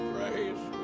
Praise